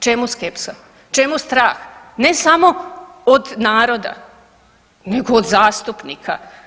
Čemu skepsa, čemu strah, ne samo od naroda nego od zastupnika?